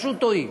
פשוט טועים.